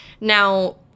now